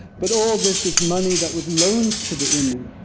but all this is money that was loaned to the innu.